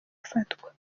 afatwa